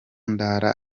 ndara